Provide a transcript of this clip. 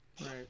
Right